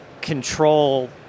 control